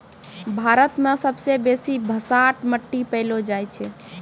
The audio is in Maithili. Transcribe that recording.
भारत मे सबसे बेसी भसाठ मट्टी पैलो जाय छै